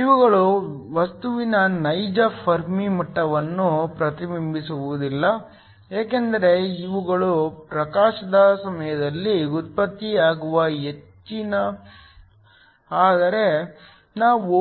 ಇವುಗಳು ವಸ್ತುವಿನ ನೈಜ ಫೆರ್ಮಿ ಮಟ್ಟವನ್ನು ಪ್ರತಿಬಿಂಬಿಸುವುದಿಲ್ಲ ಏಕೆಂದರೆ ಇವುಗಳು ಪ್ರಕಾಶದ ಸಮಯದಲ್ಲಿ ಉತ್ಪತ್ತಿಯಾಗುವ ಹೆಚ್ಚಿನವು ಆದರೆ ನಾವು